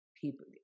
people